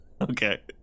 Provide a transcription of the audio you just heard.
Okay